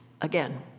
again